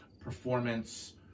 performance